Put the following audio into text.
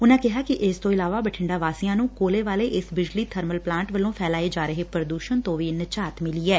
ਉਨੂਾ ਕਿਹਾ ਕਿ ਇਸ ਤੋਂ ਇਲਾਵਾ ਬਠਿੰਡਾ ਵਾਸੀਆਂ ਨੂੰ ਕੋਲੇ ਵਾਲੇ ਇਸ ਬਿਜਲੀ ਬਰਮਲ ਪਲਾਂਟ ਵੱਲੋ ਫੈਲਾਏ ਜਾ ਰਹੇ ਪ੍ਰਦੁਸ਼ਣ ਤੋ ਵੀ ਨਿਜਾਤ ਮਿਲੀ ਐ